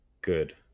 Good